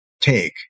take